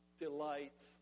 delights